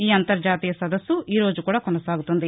ఈ అంతర్జాతీయ సదస్సు ఈ రోజు కూడా కొనసాగుతుంది